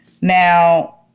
Now